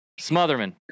Smotherman